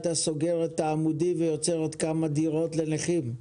היא היתה סוגרת את העמודים ויוצרת כמה דירות לנכים.